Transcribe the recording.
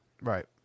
Right